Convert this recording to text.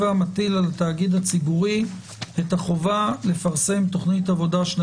יזכיר לי מדי פעם את הצורך בהפסקות ונשתדל להתחשב בצורך